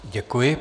Děkuji.